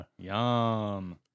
yum